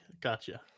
Gotcha